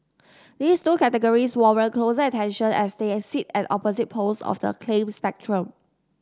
these two categories warrant closer attention as they sit at opposite poles of the claim spectrum